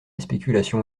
spéculation